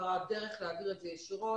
אין לנו דרך להעביר את זה ישירות,